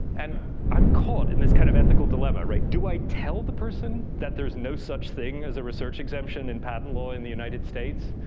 and i'm caught in this kind of ethical dilemma, right. do i tell the person that there's no such thing as a research exemption in patent law in the united states,